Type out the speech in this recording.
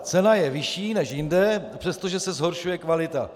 Cena je vyšší než jinde, přestože se zhoršuje kvalita.